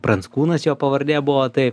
pranckūnas jo pavardė buvo tai